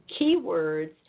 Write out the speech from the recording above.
keywords